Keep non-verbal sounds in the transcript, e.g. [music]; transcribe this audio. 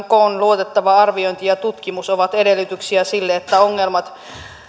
[unintelligible] koon luotettava arviointi ja tutkimus ovat edellytyksiä sille että ongelmat